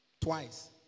Twice